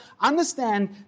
understand